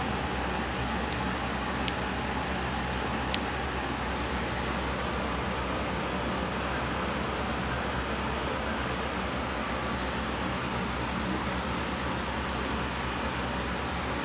apples was also like something that reminded me of my grandfather because he he always knows that uh I like I like to eat apples so he or he would always like buy buy for me then leave it in the fridge then ask me to eat